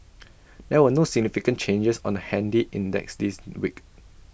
there were no significant changes on the handy index this week